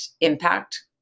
impact